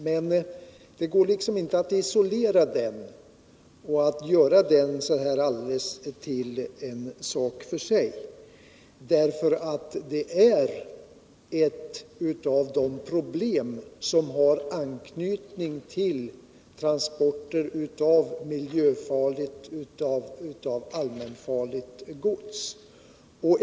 Men det går inte att isolera den frågan och göra den till en sak för sig. Frågan om lotstvånget är nämligen en av de saker man har att ta hänsyn till när det gäller problemet med transporter av miljöfarligt och allmänfarligt gods.